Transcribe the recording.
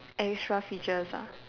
extra features ah